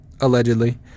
allegedly